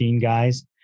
guys